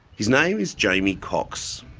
his name is jamie cox.